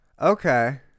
okay